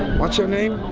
what's your name?